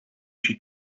she